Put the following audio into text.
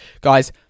Guys